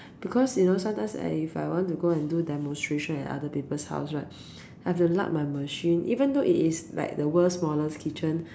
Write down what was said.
because you know sometimes if I want to go and do demonstration at other people's house right I have to lug my machine even though it is like the world's smallest kitchen